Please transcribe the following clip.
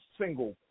single